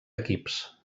equips